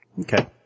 Okay